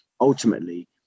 ultimately